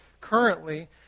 currently